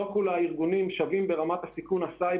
לא כל הארגונים שווים ברמת הסיכון שלה,